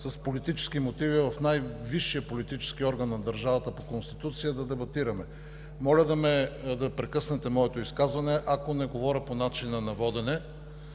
с политически мотиви в най-висшия политически орган на държавата по Конституция да дебатираме. Моля да прекъснете моето изказване, ако не говоря по начина на водене.